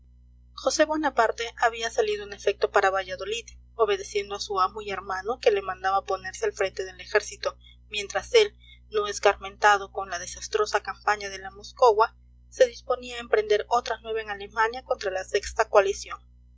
josé bonaparte había salido en efecto para valladolid obedeciendo a su amo y hermano que le mandaba ponerse al frente del ejército mientras él no escarmentado con la desastrosa campaña de la moscowa se disponía a emprender otra nueva en alemania contra la sexta coalición